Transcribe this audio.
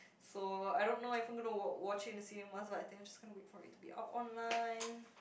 so I don't know if I'm gonna wa~ watch it in the cinemas like I think I'm just gonna wait for it to be out online